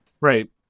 Right